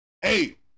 Hey